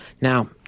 Now